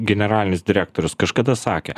generalinis direktorius kažkada sakė